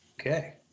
Okay